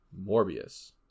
Morbius